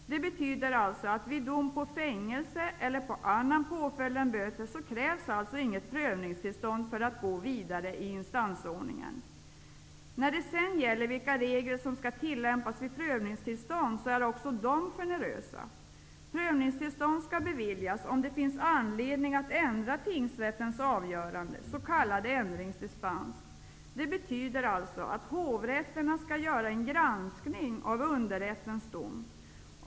Det betyder alltså att vid dom på fängelse eller annan påföljd än böter krävs inget prövningstillstånd för att gå vidare i instansordningen. De regler som skall tillämpas vid prövningstillstånd är också generösa. Prövningstillstånd skall beviljas om det finns anledning att ändra tingsrättens avgörande, s.k. ändringsdispens. Det betyder alltså att hovrätten skall göra en granskning av underrättens dom.